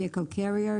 Vehicle carrier.